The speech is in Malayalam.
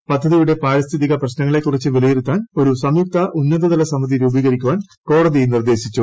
കേന്ദ്ര പദ്ധതിയുടെ പാരിസ്ഥിതിക പ്രശ്നങ്ങളെക്കുറിച്ച് വിലയിരുത്താൻ ഒരു സംയുക്ത ഉന്നതതല സമിതി രൂപീകരിക്കുവാൻ കോടതി നിർദ്ദേശിച്ചു